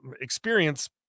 experience